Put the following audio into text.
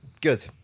Good